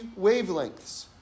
wavelengths